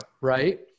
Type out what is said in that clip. Right